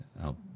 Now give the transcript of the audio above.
help